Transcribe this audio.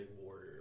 warrior